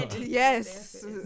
Yes